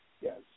Yes